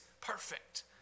perfect